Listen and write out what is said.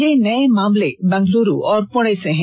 ये नए मामले बंगलुरू और पुणे से हैं